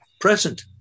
present